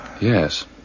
Yes